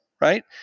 right